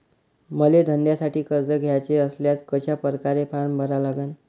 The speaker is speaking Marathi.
मले धंद्यासाठी कर्ज घ्याचे असल्यास कशा परकारे फारम भरा लागन?